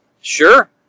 Sure